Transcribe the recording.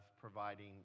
providing